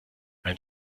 ein